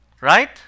Right